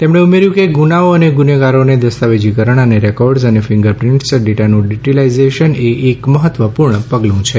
તેમણે ઉમેર્યું કે ગુનાઓ અને ગુનેગારોને દસ્તાવેજીકરણ અને રેકોર્ડ્સ અને ફિંગરપ્રિન્ટ ડેટાનું ડિજિટલાઇઝેશન એ એક મહત્વપૂર્ણ પગલું છે